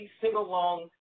sing-along